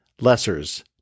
lessers